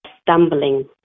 stumbling